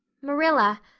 marilla,